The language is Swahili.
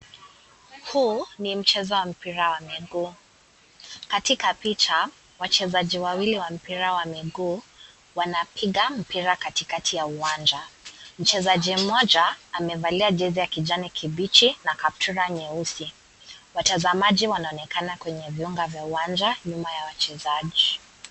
Huu ni mchezo wa mpira wa miguu. Katika picha, wachezaji wawili wa mpira wa miguu wanapiga mpira katikati ya uwanja. Mchezaji mmoja amevalia jezi ya kijani kibichi na kaptula nyeusi. Watazamaji wanaonekana kwenye viunga vya uwanja nyuma ya wachezaji.